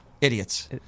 Idiots